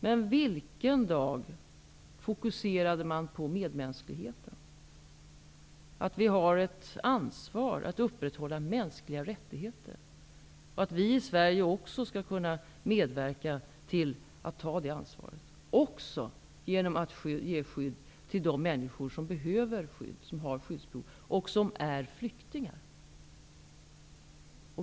Men vilken dag fokuserade man på medmänskligheten, att vi har ett ansvar att upprätthålla mänskliga rättigheter, att vi i Sverige också skall kunna medverka till att ta detta ansvar, också genom att ge skydd till de människor som behöver skydd och som är flyktingar?